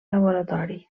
laboratori